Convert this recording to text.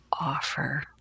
offer